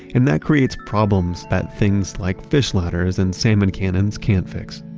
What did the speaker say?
and that creates problems that things like fish ladders and salmon cannons can't fix.